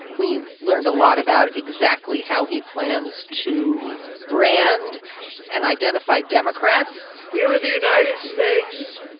we learned a lot about exactly how he plans to brand and identify democrats here in the united states,